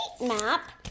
map